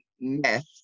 Meth